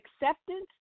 acceptance